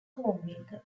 homemaker